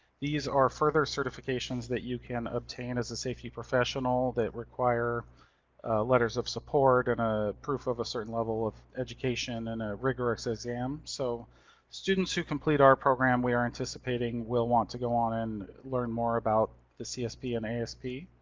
these are further certifications that you can obtain as a safety professional that require letters of support, and a proof of a certain level of education, and a rigorous exam. so students who complete our program, we are anticipating will want to go on, and learn more about the csp and asp.